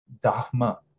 Dharma